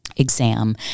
Exam